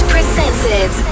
Presented